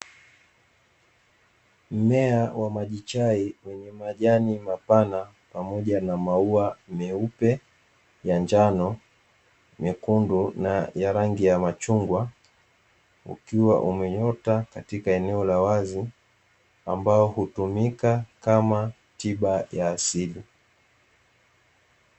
Mmea wa maji chai wenye majani mapana pamoja na maua: meupe, ya njano, nyekundu na ya rangi ya machungwa ukiwa umeota katika eneo la wazi ambao hutumika kama tiba ya asili.